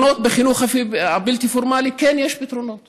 פתרונות